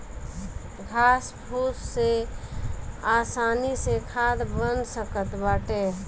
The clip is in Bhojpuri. घास फूस से आसानी से खाद बन सकत बाटे